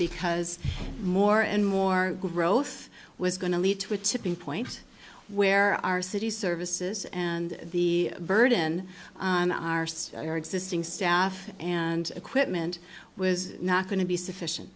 because more and more growth was going to lead to a tipping point where our city services and the burden on our side or existing staff and equipment was not going to be sufficient